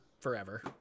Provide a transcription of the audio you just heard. forever